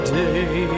day